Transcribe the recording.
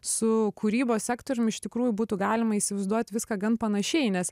su kūrybos sektorium iš tikrųjų būtų galima įsivaizduot viską gan panašiai nes